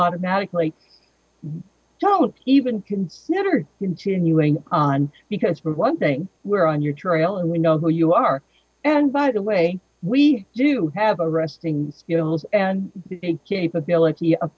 automatically don't even can never be continuing on because for one thing we're on your trail and we know who you are and by the way we do have a resting gill's and incapability